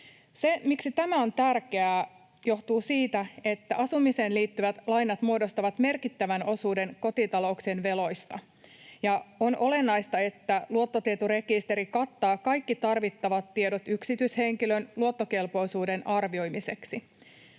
miksi tämä on tärkeää, johtuu siitä, että asumiseen liittyvät lainat muodostavat merkittävän osuuden kotitalouksien veloista, ja on olennaista, että luottotietorekisteri kattaa kaikki tarvittavat tiedot yksityishenkilön luottokelpoisuuden arvioimiseksi.